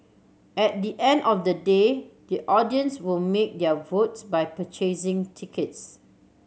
at the end of the day the audience will make their votes by purchasing tickets